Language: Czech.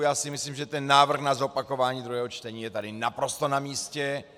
Já si myslím, že ten návrh na zopakování druhého čtení je tady naprosto namístě.